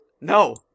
No